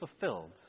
fulfilled